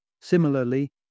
Similarly